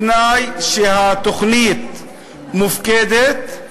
בתנאי שהתוכנית מופקדת,